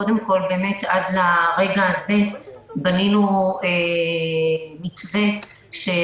קודם כול באמת עד לרגע זה בנינו מתווה שמאפשר